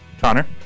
connor